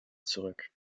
zurück